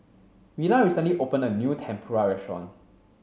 Willa recently opened a new Tempura restaurant